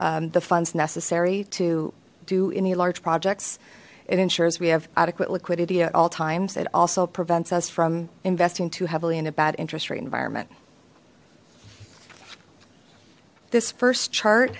the funds necessary to do any large projects it ensures we have adequate liquidity at all times it also prevents us from investing too heavily in a bad interest rate environment this first chart